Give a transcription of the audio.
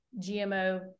GMO